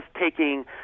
taking